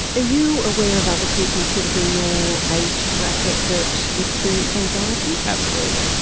you aware of other people sort of in your age bracket that experience anxiety? absolutely.